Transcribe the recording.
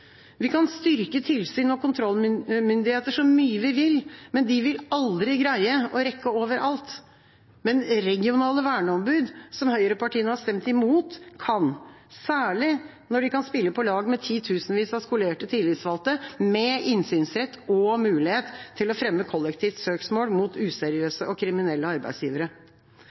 Vi kan styrke tilsyn og kontrollmyndigheter så mye vi vil. De vil aldri greie å rekke over alt. Men regionale verneombud, som høyrepartiene har stemt imot, kan det, særlig når de kan spille på lag med titusenvis av skolerte tillitsvalgte med innsynsrett og mulighet til å fremme kollektivt søksmål mot useriøse og kriminelle arbeidsgivere.